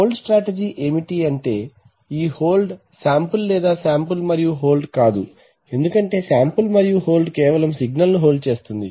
hold strategy ఏమిటంటే ఈ hold sample లేదా శ్యాంపుల్ మరియు హోల్డ్ కాదు ఎందుకంటే శ్యాంపుల్ మరియు హోల్డ్ కేవలం సిగ్నల్ ను హోల్డ్ చేస్తుంది